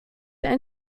ein